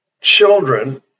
children